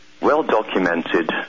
Well-documented